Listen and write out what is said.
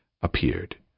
appeared